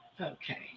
Okay